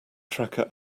tracker